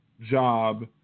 job